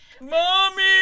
Mommy